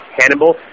Hannibal